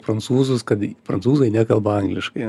prancūzus kad prancūzai nekalba angliškai